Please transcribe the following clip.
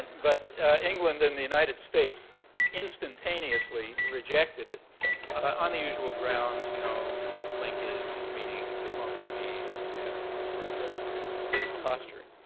but england and the united states instantaneously rejected it on the usual grounds you know linkage, meaning diplomacy, and you can't reward aggressors, and all this posturing.